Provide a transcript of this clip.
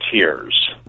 tears